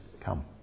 come